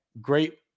Great